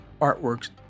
artworks